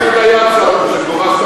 שגורשת